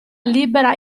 libera